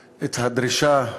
2160, 2171, 2173,